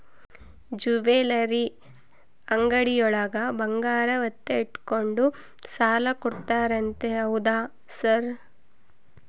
Jewellery ಅಂಗಡಿಯೊಳಗ ಬಂಗಾರ ಒತ್ತೆ ಇಟ್ಕೊಂಡು ಸಾಲ ಕೊಡ್ತಾರಂತೆ ಹೌದಾ ಸರ್?